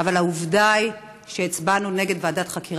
27 בנובמבר